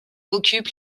occupe